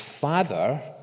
father